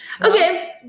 okay